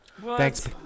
Thanks